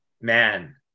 Man